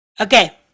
Okay